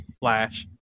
flash